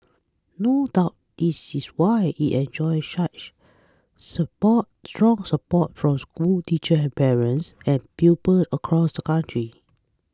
no doubt this is why it enjoys such support strong support from schools teachers and parents and pupils across the country